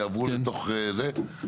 יעברו לתוך זה.